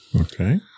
Okay